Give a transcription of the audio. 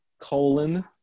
colon